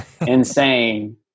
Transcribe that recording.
insane